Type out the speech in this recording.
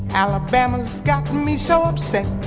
alabama's gotten me so upset.